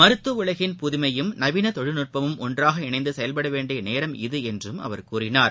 மருத்துவஉலகின் புதுமையும் நவீனதொழில்நுட்பமும் ஒன்றாக இணைந்துசெயல்படவேண்டியநேரம் இது என்றும் அவர் கூறினார்